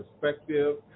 perspective